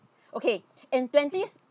okay in twenties